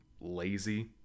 lazy